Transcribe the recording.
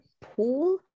pool